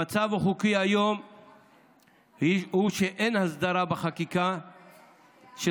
המצב החוקי היום הוא שאין הסדרה בחקיקה של